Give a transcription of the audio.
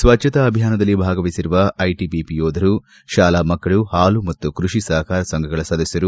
ಸ್ವಭ್ಗತಾ ಅಭಿಯಾನದಲ್ಲಿ ಭಾಗವಹಿಸಿರುವ ಐಟಬಿಪಿ ಯೋಧರು ಶಾಲಾ ಮಕ್ಕಳು ಹಾಲು ಮತ್ತು ಕೃಷಿ ಸಹಕಾರ ಸಂಘಗಳ ಸದಸ್ಟರು